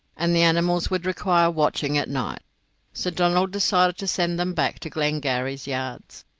and the animals would require watching at night so donald decided to send them back to glengarry's yards.